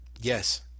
Yes